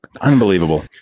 Unbelievable